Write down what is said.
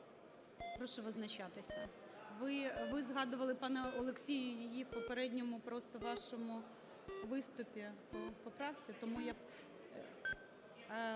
Прошу визначатися. Ви згадували, пане Олексій, її в попередньому просто вашому виступі по поправці, тому я…